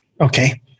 okay